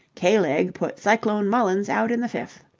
k-leg put cyclone mullins out in the fifth.